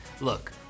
Look